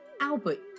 Albert